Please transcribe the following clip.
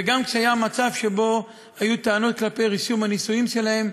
וגם כשהיה מצב שהיו טענות כלפי רישום הנישואין שלהם,